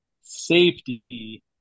safety